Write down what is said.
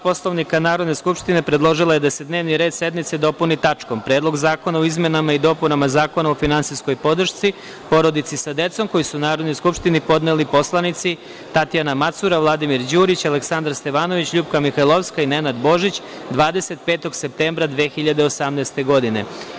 Poslovnika Narodne skupštine, predložila je da se dnevni red sednice dopuni tačkom – Predlog zakona o izmenama i dopunama Zakona o finansijskoj podršci porodici sa decom, koji su Narodnoj skupštini podneli poslanici Tatjana Macura, Vladimir Đurić, Aleksandar Stevanović, LJupka Mihajlovska i Nenad Božić 25. septembra 2018. godine.